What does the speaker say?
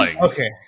Okay